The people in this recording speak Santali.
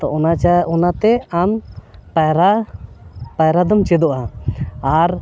ᱛᱚ ᱚᱱᱟ ᱪᱟ ᱚᱱᱟᱛᱮ ᱟᱢ ᱯᱟᱭᱨᱟ ᱯᱟᱭᱨᱟ ᱫᱚᱢ ᱪᱮᱫᱚᱜᱼᱟ ᱟᱨ